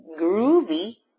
groovy